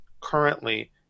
currently